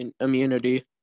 immunity